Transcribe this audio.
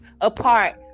apart